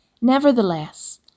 Nevertheless